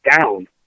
down